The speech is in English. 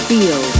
Feel